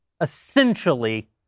essentially